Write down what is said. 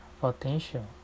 potential